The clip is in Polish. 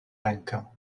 rękę